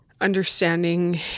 understanding